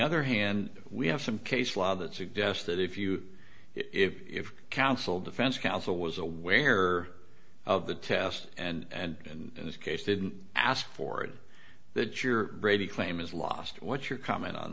other hand we have some case law that suggests that if you if counsel defense counsel was aware of the test and in this case didn't ask ford that your brady claim is lost what's your comment on